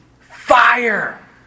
Fire